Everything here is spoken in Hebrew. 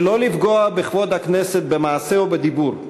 שלא לפגוע בכבוד הכנסת במעשה או בדיבור.